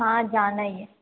हँ जानै हियै